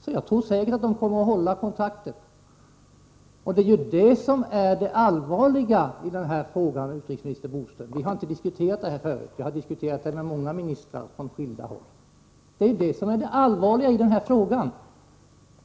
Så jag tror säkert att fransmännen kommer att hålla kontakten. Det är detta som är det allvarliga i den här frågan, utrikesminister Bodström. Vi två har inte diskuterat det här förut, men jag har diskuterat det med många ministrar från skilda håll.